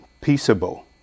peaceable